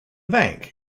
bank